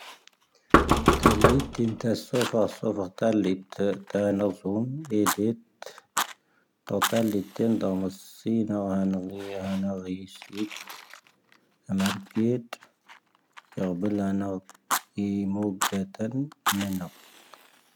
ⵜ'ⴰⵍⵉⵜⵉⵏ ⵜ'ⴰⵙⵙoⴼⴰ ⵙoⴼⴰ ⵜ'ⴰⵍⵉⵜ ⵜ'ⴰⵏⴰⵣooⵏ ⴻⴷⵉⵜ. ⵜ'ⴰⵍⵉⵜⵉⵏ ⴷ'ⴰⵎⴰⵙⵉⵏ'ⴰ ⵀⴰⵏⴰⵇⵉⵙⵉⵜ. ⴰⵎⴰⵔⴽⵉⴷ ⵢⴰⴱⵉⵍ'ⴰⵏⴰⵡ ⵉⵎoⴳⴰⴷⴰⵏ ⵏ'ⴰⵏⴰⵡ.